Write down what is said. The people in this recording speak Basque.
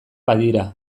badira